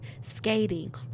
skating